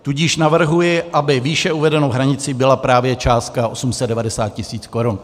Tudíž navrhuji, aby výše uvedenou hranicí byla právě částka 890 tisíc korun.